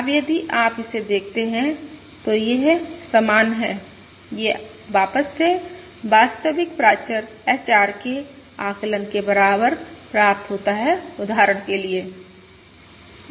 अब यदि आप इसे देखते हैं तो यह समान है ये वापस से वास्तविक प्राचर HR के आकलन के बराबर प्राप्त होता है उदाहरण के लिए